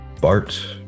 Bart